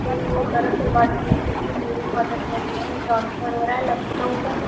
تو در اصل بات یہ ہے کہ میرے فادر کا جو ہے ٹرانسفر ہو رہا ہے لکھنؤ میں